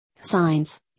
Signs